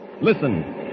Listen